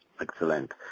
Excellent